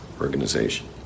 organization